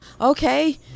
okay